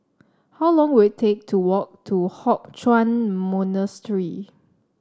how long will it take to walk to Hock Chuan Monastery